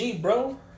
bro